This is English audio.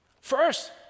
First